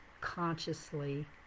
consciously